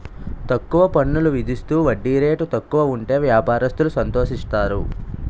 తక్కువ పన్నులు విధిస్తూ వడ్డీ రేటు తక్కువ ఉంటే వ్యాపారస్తులు సంతోషిస్తారు